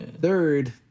Third